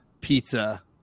pizza